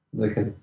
Okay